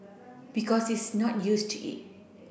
because he's not used to it